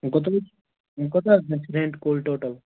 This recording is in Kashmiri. وۅنۍ کوٚتاہ حظ وۄنۍ کوٚتاہ حظ گژھِ رینٛٹ کُل ٹوٹَل